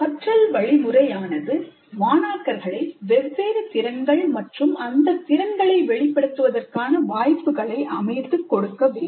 கற்றல் வழிமுறையானது மாணாக்கர்களை வெவ்வேறு திறன்கள் மற்றும் அந்த திறன்களை வெளிப்படுத்துவதற்கான வாய்ப்புகளை அமைத்துக் கொடுக்க வேண்டும்